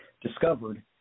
discovered